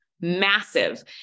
massive